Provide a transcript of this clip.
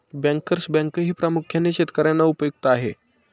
bankers बँकही प्रामुख्याने शेतकर्यांना उपयुक्त आहे